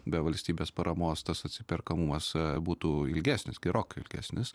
be valstybės paramos tas atsiperkamumas būtų ilgesnis gerokai ilgesnis